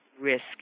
risk